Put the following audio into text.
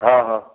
हा हा